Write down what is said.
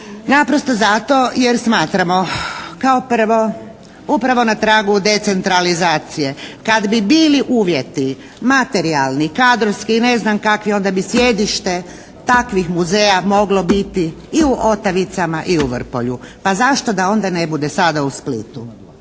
naprosto zato jer smatramo kao prvo, upravo na tragu decentralizacije, kad bi bili uvjeti materijalni, kadrovski i ne znam kakvi, onda bi sjedište takvih muzeja moglo biti i u Otavicama i u Vrpolju. Pa zašto da onda ne bude sada u Splitu?